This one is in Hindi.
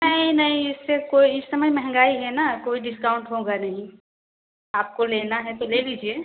नहीं नहीं इससे कोई इस समय महंगाई है न कोई डिस्काउंट होगा नहीं आपको लेना है तो ले लीजिए